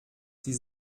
sie